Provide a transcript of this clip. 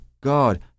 God